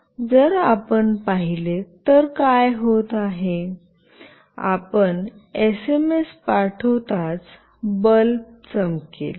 जर आपण पाहिले तर काय होत आहे आपण एसएमएस पाठवताच बल्ब चमकेल